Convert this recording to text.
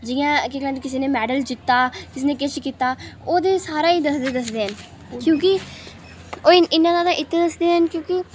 जि'यां जि'यां की जि'नें मेडल जित्ता जि'नें किश कीता ओह्दा ते सारा ई दसदे न क्योंकि ओह् इ'न्ना जादा इत्त दसदे न क्योंकि